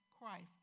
Christ